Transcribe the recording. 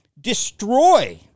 destroy